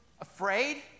afraid